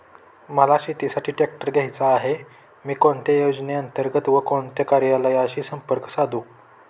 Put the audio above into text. मला शेतीसाठी ट्रॅक्टर घ्यायचा आहे, मी कोणत्या योजने अंतर्गत व कोणत्या कार्यालयाशी संपर्क साधू?